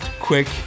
quick